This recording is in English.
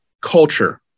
culture